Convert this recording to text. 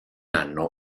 anno